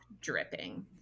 dripping